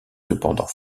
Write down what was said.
cependant